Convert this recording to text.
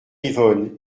yvonne